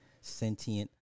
sentient